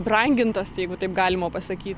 brangintas jeigu taip galima pasakyt